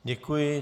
Děkuji.